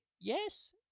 Yes